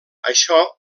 això